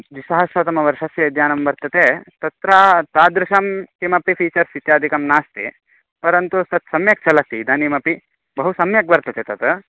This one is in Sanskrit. द्विसहस्रतमवर्षस्य यानं वर्तते तत्र तादृशं किमपि फी़चर्स् इत्यादिकं नास्ति परन्तु तत् सम्यक् चलति इदानिमपि बहुसम्यक् वर्तते तत्